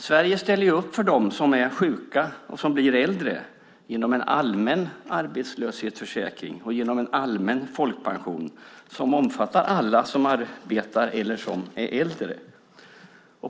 Sverige ställer upp för dem som är sjuka och som blir äldre genom en allmän arbetslöshetsförsäkring och genom en allmän folkpension som omfattar alla som arbetar eller som är äldre.